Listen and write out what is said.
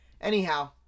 Anyhow